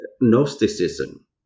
Gnosticism